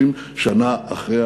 30 שנה אחרי